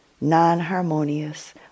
non-harmonious